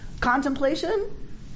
contemplation